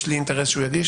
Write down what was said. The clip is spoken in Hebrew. יש לי אינטרס שהוא יגיש?